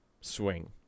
swing